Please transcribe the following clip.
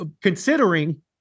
considering